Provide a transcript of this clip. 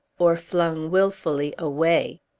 or flung wilfully away!